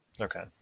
okay